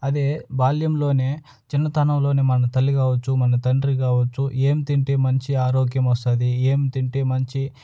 అదే బాల్యంలోనే చిన్నతనంలోనే మన తల్లి కావచ్చు మన తండ్రి కావచ్చు ఏం తింటే మంచి ఆరోగ్యం వస్తుంది ఏం తింటే మంచి